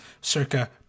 circa